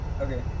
Okay